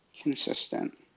consistent